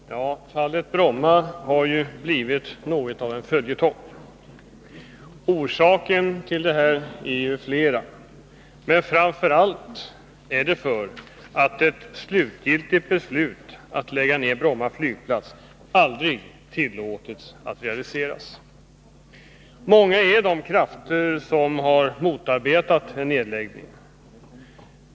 Fru talman! Fallet Bromma flygplats har blivit något av en följetong. Orsakerna till detta är flera men framför allt den, att ett slutgiltigt beslut att lägga ner Bromma flygplats aldrig tillåtits bli realiserat. Många är de krafter som har motarbetat en nedläggning.